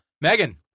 Megan